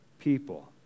people